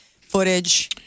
footage